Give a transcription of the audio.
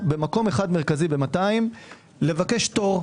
עליהם במקום אחד מרכזי ב-200 לבקש תור.